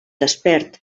despert